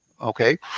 okay